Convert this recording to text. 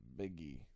biggie